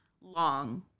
long